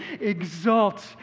exalt